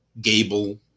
Gable